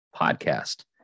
podcast